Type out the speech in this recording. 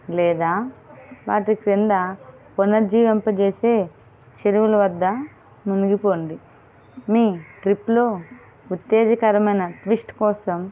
లేదా వాటి కింద పునర్జీవింప చేసే చెరువులు వద్ద మునిగిపొండి మీ ట్రిప్లో ఉత్తేజకరమైన ట్విస్ట్ కోసం